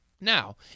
Now